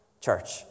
church